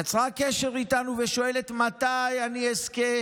היא יצרה איתנו קשר והיא שואלת: מתי אני אזכה